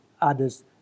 others